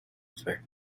fury